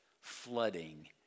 flooding